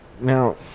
Now